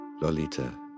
Lolita